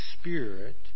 Spirit